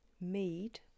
mead